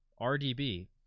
RDB